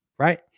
Right